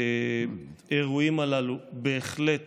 האירועים הללו בהחלט